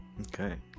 Okay